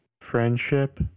Friendship